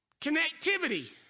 connectivity